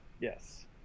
Yes